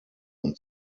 und